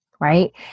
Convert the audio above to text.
right